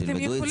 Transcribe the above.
כשהם ילמדו את